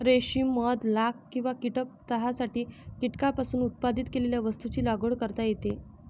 रेशीम मध लाख किंवा कीटक चहासाठी कीटकांपासून उत्पादित केलेल्या वस्तूंची लागवड करता येते